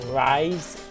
rise